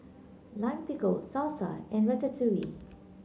Lime Pickle Salsa and Ratatouille